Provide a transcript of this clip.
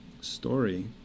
story